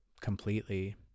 Completely